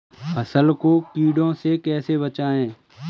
फसल को कीड़ों से कैसे बचाएँ?